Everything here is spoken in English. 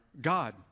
God